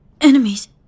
Enemies